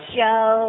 show